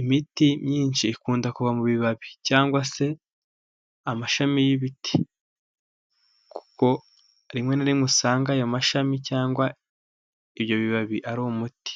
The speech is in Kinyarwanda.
Imiti myinshi ikunda kuva mu bibabi cyangwa se amashami y'ibiti kuko rimwe na rimwe usanga ayo mashami cyangwa ibyo bibabi ari umuti.